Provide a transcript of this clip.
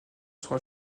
sera